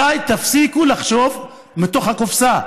די, תפסיקו לחשוב מתוך הקופסה.